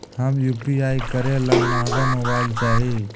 हम यु.पी.आई करे ला महंगा मोबाईल चाही?